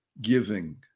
giving